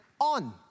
On